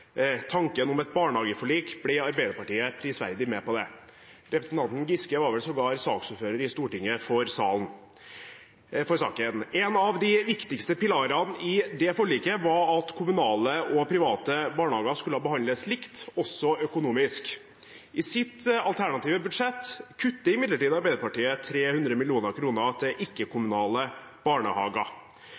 tanken om et barnehageforlik, ble Arbeiderpartiet prisverdig med på det. Representanten Giske var vel sågar saksordfører i Stortinget for saken. En av de viktigste pilarene i det forliket, var at kommunale og private barnehager skulle behandles likt, også økonomisk. I sitt alternative budsjett kutter imidlertid Arbeiderpartiet 300 mill. kr til ikke-kommunale barnehager.